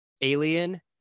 alien